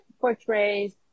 portrays